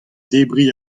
debriñ